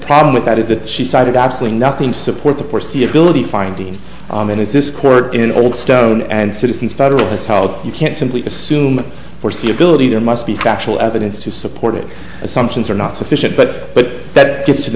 problem with that is that she cited absolutely nothing to support the foreseeability findings and is this court in an old stone and citizens federal assault you can't simply assume foreseeability there must be factual evidence to support it assumptions are not sufficient but that gets